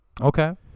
Okay